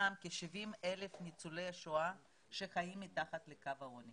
כ-70.000 ניצולי שואה שחיים מתחת לקו העוני